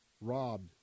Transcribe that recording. robbed